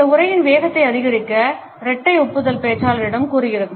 இந்த உரையின் வேகத்தை அதிகரிக்க இரட்டை ஒப்புதல் பேச்சாளரிடம் கூறுகிறது